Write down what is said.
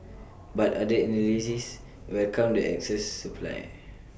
but other analysts welcomed the excess supply